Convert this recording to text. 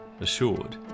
assured